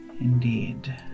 Indeed